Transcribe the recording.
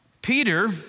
Peter